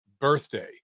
birthday